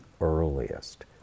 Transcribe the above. earliest